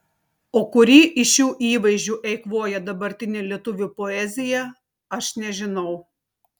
o kurį iš šių įvaizdžių eikvoja dabartinė lietuvių poezija aš nežinau